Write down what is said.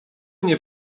nie